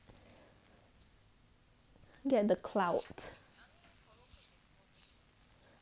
get the crowd